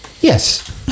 Yes